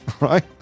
right